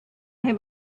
have